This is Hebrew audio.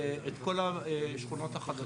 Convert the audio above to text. את כל השכונות החדשות.